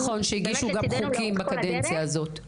נכון, שהגישו גם חוקים בקדנציה הזאת.